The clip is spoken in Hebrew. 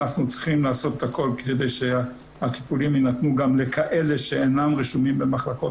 אנחנו צריכים לעשות הכל כי שהטיפולים יינתנו גם לכאלה שאינם רשומים במחלקות